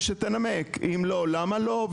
ושתנמק אם לא למה לא?